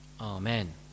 amen